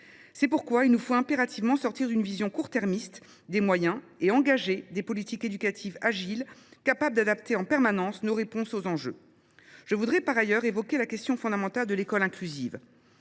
C’est pourquoi il nous faut impérativement sortir d’une vision des moyens à court terme et engager des politiques éducatives agiles, afin d’adapter en permanence nos réponses aux enjeux. Je veux par ailleurs évoquer la question fondamentale de l’école inclusive.